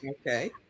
Okay